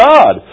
God